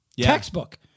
textbook